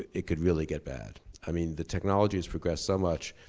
it could really get bad. i mean the technology has progressed so much.